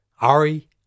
Ari